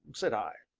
said i.